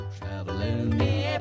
traveling